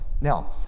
now